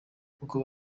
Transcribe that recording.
kuko